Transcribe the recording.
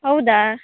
ಹೌದಾ